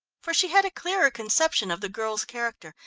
for she had a clearer conception of the girl's character,